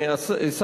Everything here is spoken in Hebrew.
אדוני.